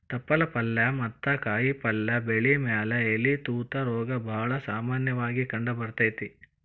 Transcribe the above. ತಪ್ಪಲ ಪಲ್ಲೆ ಮತ್ತ ಕಾಯಪಲ್ಲೆ ಬೆಳಿ ಮ್ಯಾಲೆ ಎಲಿ ತೂತ ರೋಗ ಬಾಳ ಸಾಮನ್ಯವಾಗಿ ಕಂಡಬರ್ತೇತಿ